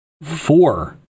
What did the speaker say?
four